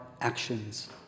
actions